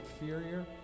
inferior